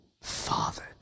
fathered